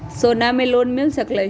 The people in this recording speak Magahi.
सोना से लोन मिल सकलई ह?